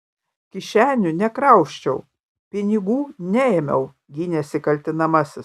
kišenių nekrausčiau pinigų neėmiau gynėsi kaltinamasis